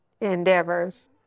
endeavors